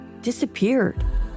disappeared